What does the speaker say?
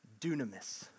dunamis